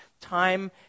time